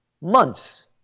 months